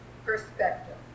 perspective